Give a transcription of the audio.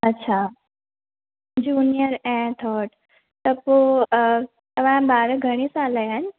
अच्छा जुनिअर ऐं थर्ड त पोइ तव्हां जा ॿार घणे साल जा आहिनि